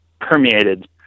permeated